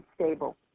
stable